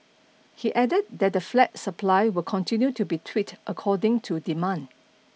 he added that the flat supply will continue to be tweaked according to demand